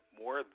more